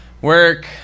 Work